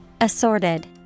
Assorted